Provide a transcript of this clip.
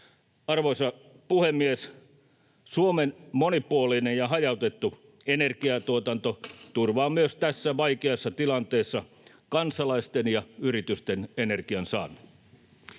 Arvoisa puhemies! Suomen monipuolinen ja hajautettu energiantuotanto turvaa myös tässä vaikeassa tilanteessa kansalaisten ja yritysten energian saannin.